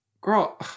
girl